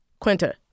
Quinta